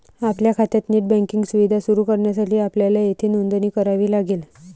आपल्या खात्यात net banking सुविधा सुरू करण्यासाठी आपल्याला येथे नोंदणी करावी लागेल